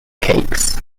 cakes